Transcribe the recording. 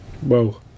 Whoa